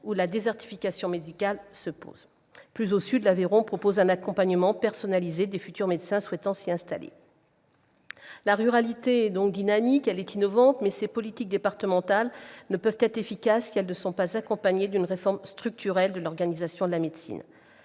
de la désertification médicale. Plus au sud, l'Aveyron propose un accompagnement personnalisé des futurs médecins souhaitant s'y installer. La ruralité est dynamique, innovante, mais ces politiques départementales ne peuvent être efficaces si elles ne sont pas accompagnées d'une réforme structurelle de l'organisation de la médecine.